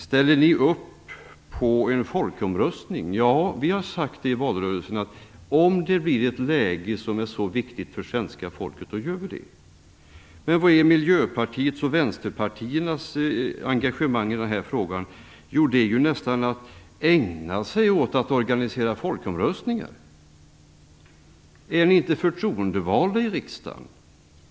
Ställer vi upp på en folkomröstning? Ja, i valrörelsen har vi sagt att vi gör det om det blir ett läge som är så viktigt för svenska folket. Var är Miljöpartiets och vänsterpartiernas engagemang i den här frågan? Jo, det är nästan att ägna sig åt att organisera folkomröstningar. Är ni inte förtroendevalda i riksdagen?